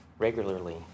Regularly